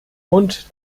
und